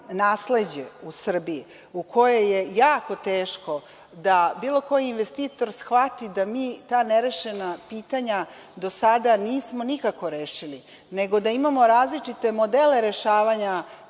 nasleđe u Srbiji u kojem je jako teško da bilo koji investitor shvati da mi ta nerešena pitanja do sada nismo nikako rešili, nego da imamo različite modele rešavanja,